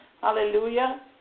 Hallelujah